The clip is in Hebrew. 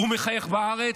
הוא מחייך בארץ,